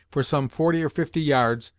for some forty or fifty yards,